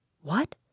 What